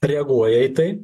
reaguoja į tai